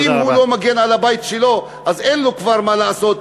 ואם הוא לא מגן על הבית שלו אז אין לו כבר מה לעשות,